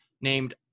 named